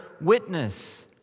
witness